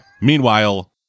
Meanwhile